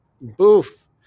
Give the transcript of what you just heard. boof